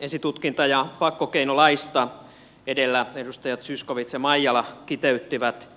esitutkinta ja pakkokeinolaista edellä edustajat zyskowicz ja maijala kiteyttivät